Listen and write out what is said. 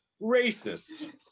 racist